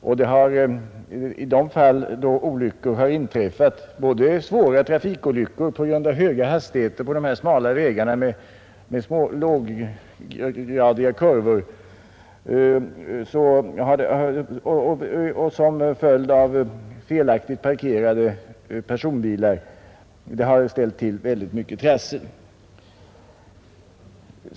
Svåra trafikolyckor har inträffat på grund av höga hastigheter på de smala vägarna med deras tvära kurvor, och personbilar som parkerats felaktigt har ställt till mycket trassel.